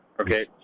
okay